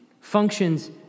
functions